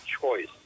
choice